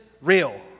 real